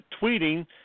tweeting